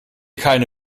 keine